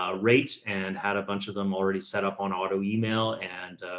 ah rate and had a bunch of them already set up on auto email. and,